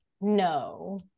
No